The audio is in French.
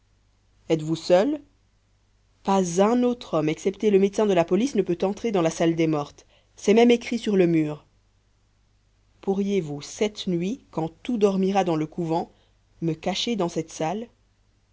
êtes-vous seul pas un autre homme excepté le médecin de la police ne peut entrer dans la salle des mortes c'est même écrit sur le mur pourriez-vous cette nuit quand tout dormira dans le couvent me cacher dans cette salle